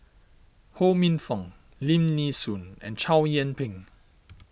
Ho Minfong Lim Nee Soon and Chow Yian Ping